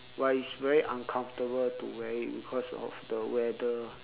but it's very uncomfortable to wear it because of the weather